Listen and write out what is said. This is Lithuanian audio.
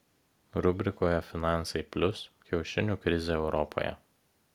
rubrikoje finansai plius kiaušinių krizė europoje